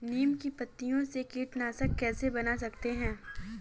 नीम की पत्तियों से कीटनाशक कैसे बना सकते हैं?